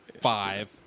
five